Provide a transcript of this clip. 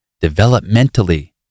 developmentally